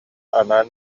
анаан